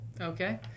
Okay